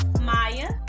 Maya